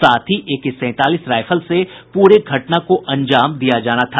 साथ ही एके सैंतालीस रायफल से पूरे घटना को अंजाम दिया जाना था